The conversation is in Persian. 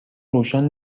روشن